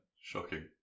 shocking